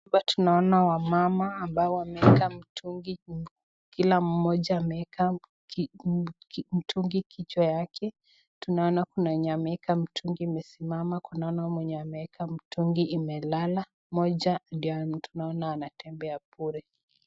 Hapa tunaona wamama ambao wameweka mtungi, Kila mmoja ameweka mtungi kichwa yake. Tunaona Kuna wenye wameweka mtungi imesimama. Kuna mwenye ameweka mtungi umelala, mmoja ndio tunaona anatembea bure.